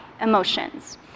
emotions